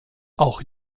auch